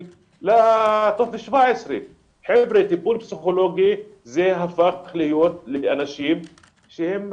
לטופס 17. טיפול פסיכולוגי הפך להיות לאנשים שהם עשירים.